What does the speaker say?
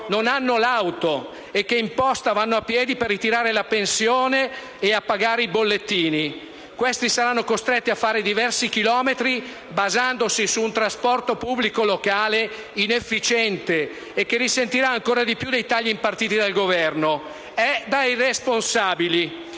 non hanno l'auto, e che alla posta vanno a piedi per ritirare la pensione e a pagare i bollettini. Questi saranno costretti a fare diversi chilometri basandosi su un trasporto pubblico locale inefficiente e che risentirà ancora di più dei tagli impartiti dal Governo. È da irresponsabili!